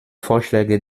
vorschläge